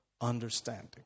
understanding